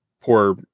poor